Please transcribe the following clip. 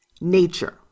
Nature